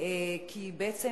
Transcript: אלא בעצם